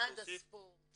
משרד הספורט